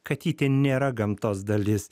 katytė nėra gamtos dalis